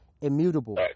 Immutable